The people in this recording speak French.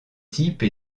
types